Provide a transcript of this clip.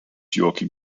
joachim